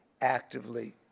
actively